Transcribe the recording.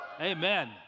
Amen